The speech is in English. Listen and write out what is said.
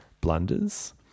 blunders